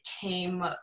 came